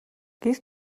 гэр